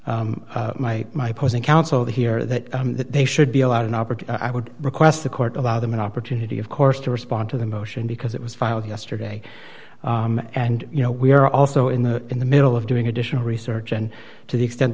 my my my posing counsel here that they should be allowed an operator i would request the court allow them an opportunity of course to respond to the motion because it was filed yesterday and you know we are also in the in the middle of doing additional research and to the extent